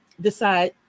decide